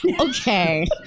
Okay